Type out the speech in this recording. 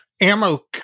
ammo